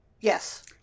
yes